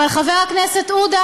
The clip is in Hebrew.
אבל חבר הכנסת עודה,